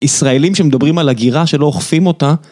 ישראלים שמדברים על הגירה שלא אוכפים אותה